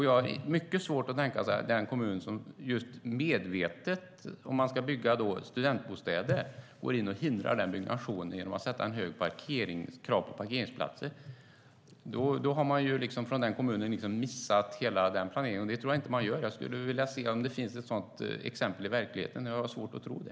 Jag har mycket svårt att tänka mig den kommun som medvetet, om man ska bygga studentbostäder, går in och hindrar den byggnationen genom att sätta höga krav på parkeringsplatser. Då har man ju från den kommunens sida missat hela den planeringen, och det tror jag inte att man gör. Jag skulle vilja se om det finns ett sådant exempel i verkligheten. Jag har svårt att tro det.